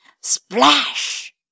Splash